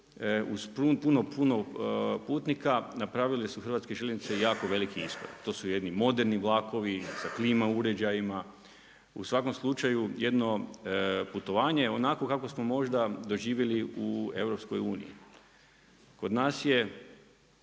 uz puno putnika napravile su Hrvatske željeznice jako veliki iskorak. To su jedni moderni vlakovi sa klima uređajima. U svakom slučaju jedno putovanje onako kako smo možda doživjeli u EU. Kod nas je